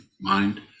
mind